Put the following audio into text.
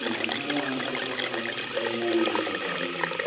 നമ്മുടെ നാട്ടിലിപ്പോൾ കല്ല്യാണം എന്നൊക്കെ പറഞ്ഞാൽ